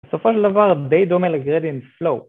בסופו של דבר די דומה לגרדיאנט פלואו.